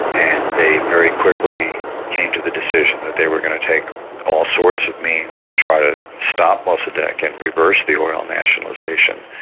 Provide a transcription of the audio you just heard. and they very quickly came to the decision that they were going to take all sorts of means to try to stop mossadeq and reverse the oil nationalisation.